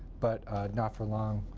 but not for long,